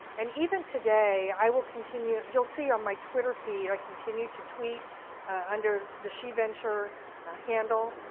and even today, i will continue, you'll see on my twitter feed, i continue to tweet under the sheventure handle.